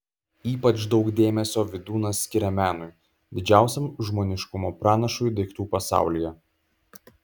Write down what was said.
ypač daug dėmesio vydūnas skiria menui didžiausiam žmoniškumo pranašui daiktų pasaulyje